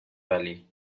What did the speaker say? valley